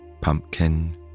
pumpkin